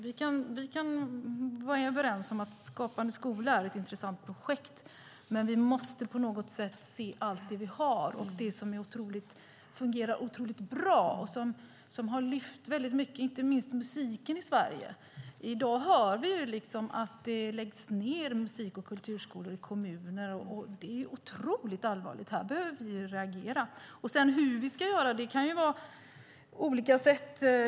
Vi kan vara överens om att Skapande skola är ett intressant projekt, men vi måste på något sätt se allt det vi har och det som fungerar otroligt bra och som har lyft väldigt mycket, inte minst musiken i Sverige. I dag hör vi att det läggs ned musik och kulturskolor i kommuner. Det är otroligt allvarligt. Här behöver vi reagera. Hur ska vi göra? Det kan vara på olika sätt.